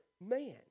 man